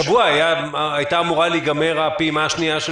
השבוע הייתה אמורה להיגמר הפעימה השנייה של